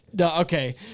Okay